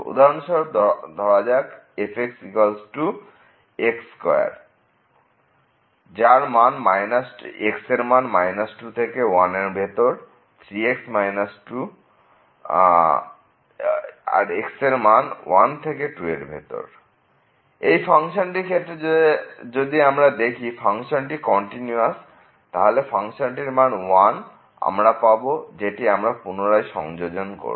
উদাহরণস্বরূপ ধরা যাক fxx2 2≤x≤1 3x 2 1x≤2 এই ফাংশনটির ক্ষেত্রে যদি আমরা দেখি যে ফাংশনটি কন্টিনিউয়াস তাহলে ফাংশনটির মান 1 আমরা পাব যেটি আমরা পুনরায় সংযোজন করব